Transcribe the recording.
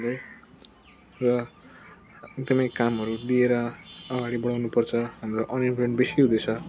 र कुनै कामहरू दिएर अगाडि बढाउनुपर्छ हाम्रो अनइम्प्लोएमेन्ट बेसी हुँदैछ